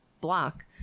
block